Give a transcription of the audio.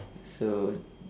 so